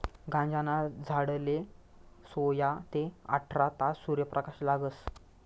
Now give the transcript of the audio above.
गांजाना झाडले सोया ते आठरा तास सूर्यप्रकाश लागस